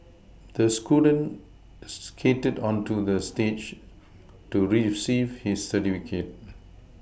the student skated onto the stage to receive his certificate